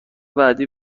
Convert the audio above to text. بعدی